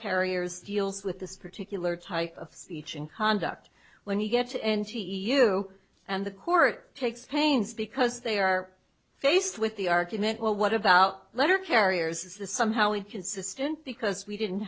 carriers deals with this particular type of speech in conduct when you get to n t you and the court takes pains because they are faced with the argument well what about letter carriers is this somehow we consistent because we didn't